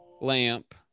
lamp